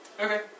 Okay